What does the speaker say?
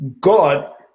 God